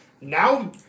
Now